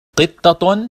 قطة